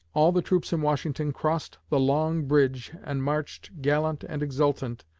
all the troops in washington crossed the long bridge and marched, gallant and exultant,